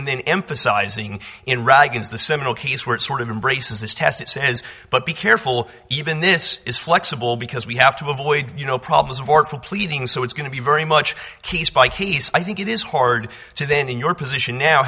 and then emphasizing in rags the seminal case where it sort of embraces this test it says but be careful even this is flexible because we have to avoid you know problems for completing so it's going to be very much case by case i think it is hard to then in your position now